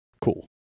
cool